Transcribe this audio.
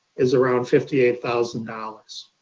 is around fifty eight thousand dollars.